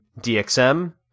DXM